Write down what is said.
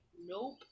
nope